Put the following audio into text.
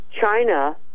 China